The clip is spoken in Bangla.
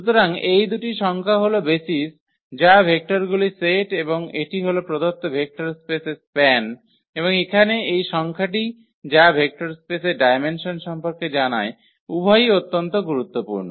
সুতরাং এই দুটি সংখ্যা হল বেসিস যা ভেক্টরগুলির সেট এবং এটি হল প্রদত্ত ভেক্টর স্পেসের স্প্যান এবং এখানে এই সংখ্যাটি যা ভেক্টর স্পেসের ডায়মেনসন সম্পর্কে জানায় উভয়ই অত্যন্ত গুরুত্বপূর্ণ